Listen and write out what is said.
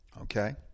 okay